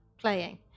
playing